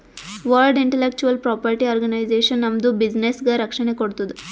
world intellectual property organization ನಮ್ದು ಬಿಸಿನ್ನೆಸ್ಗ ರಕ್ಷಣೆ ಕೋಡ್ತುದ್